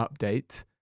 update